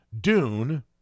Dune